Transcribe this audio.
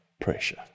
pressure